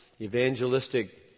evangelistic